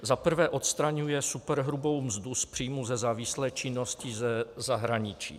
Za prvé odstraňuje superhrubou mzdu z příjmů ze závislé činnosti ze zahraničí.